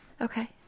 Okay